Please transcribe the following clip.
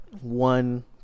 one